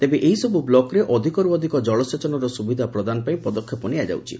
ତେବେ ଏହିସବୁ ବ୍ଲକରେ ଅଧିକରୁ ଅଧିକ ଜଳସେଚନର ସୁବିଧା ପ୍ରଦାନ ପାଇଁ ପଦକ୍ଷେପ ନିଆଯାଉଛି